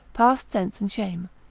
past sense and shame,